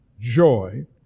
joy